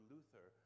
Luther